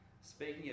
speaking